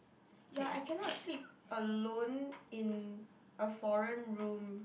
ya I cannot sleep alone in a foreign room